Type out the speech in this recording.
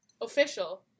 official